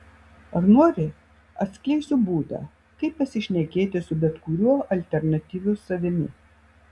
ar nori atskleisiu būdą kaip pasišnekėti su bet kuriuo alternatyviu savimi